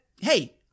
Hey